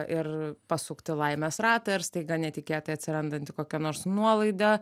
ir pasukti laimės ratą ir staiga netikėtai atsirandanti kokia nors nuolaida